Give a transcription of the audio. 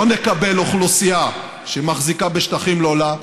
לא נקבל אוכלוסייה שמחזיקה בשטחים לא לה,